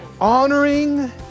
Honoring